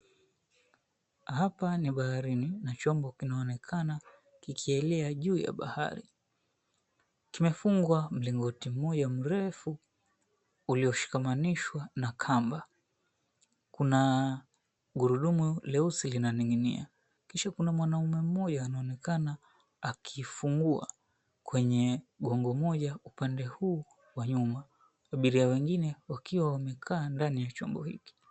Hapa ni baharini, na chombo kinaonekana kikielea juu ya bahari. Kimefungwa mlingoti mmoja mrefu ulioshikamanishwa na kamba. Kuna gurudumu leusi linaning'inia. Kisha kuna mwanaume mmoja anaonekana akifungua kwenye gongo moja upande huu wa nyuma, abiria wengine wakiwa wamekaa ndani ya chombo hiki.